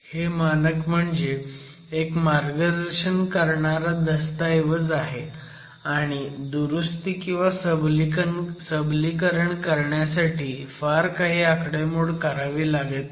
हे म्हणजे एक मार्गदर्शन करणारा दस्तऐवज आहे आणि दुरुस्ती किंवा सबलीकरण करण्यासाठी फार काही आकडेमोड करावी लागत नाही